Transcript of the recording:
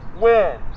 win